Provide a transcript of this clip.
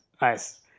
nice